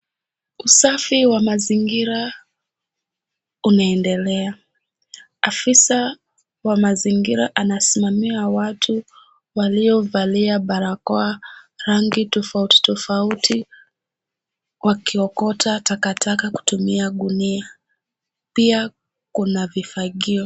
Usafi wa mazingira una endelea, afisa wa mazingira anasimamia watu waliovalia barakoa rangi tofauti tofauti wakiokota takataka kutumia gunia pia kuna vifagio.